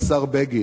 נכבדי השר בגין,